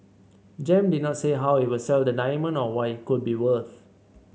Gem did not say how it will sell the diamond or what it could be worth